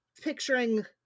picturing